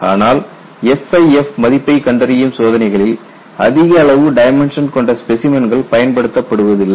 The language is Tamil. ஆனால் SIF மதிப்பை கண்டறியும் சோதனைகளில் அதிக அளவு டைமென்ஷன் கொண்ட ஸ்பெசிமன்கள் பயன்படுத்தப்படுவதில்லை